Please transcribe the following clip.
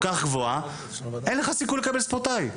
הגבוהה אז אין לך סיכוי לקבל מעמד ספורטאי.